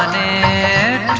a